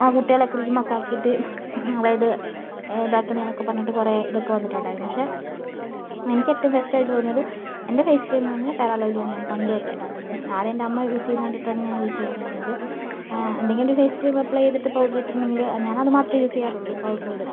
ആ കുട്ടികളെ ക്രീം ഒക്കെ ആക്കിയിട്ട് അതായിത് ഇതാകുന്നെന്നൊക്കെ പറഞ്ഞിട്ട് കുറെ ഇതൊക്കെ വന്നിട്ടുണ്ടായിരുന്നു പക്ഷെ എനിക്ക് ഏറ്റവും ബെസ്റ്റ് ആയിട്ട് തോന്നിയത് എൻ്റെ ഫെയ്സ്ക്രീമെന്ന് പറഞ്ഞാൽ ഫെയർ ൻ ലൗലി തന്നെയാണ് പണ്ടുതൊട്ടേ ആദ്യം എൻ്റെ അമ്മ യൂസ് ചെയ്യുന്ന കണ്ടിട്ടാണ് ഞാൻ യൂസ് ചെയ്തുകൊണ്ടിരുന്നത് എന്തെങ്കിലും ഒരു ഫേസ്ക്രീമ് അപ്ലൈ ചെയ്തിട്ട് പൗഡർ ഇട്ടിട്ടുണ്ടെങ്കില് ഞാൻ അതുമാത്രമെ യൂസ് ചെയ്യാറുള്ളു പൗഡറും ഇടും